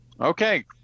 Okay